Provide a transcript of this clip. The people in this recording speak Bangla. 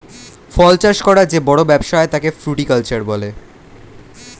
ফল চাষ করার যে বড় ব্যবসা হয় তাকে ফ্রুটিকালচার বলে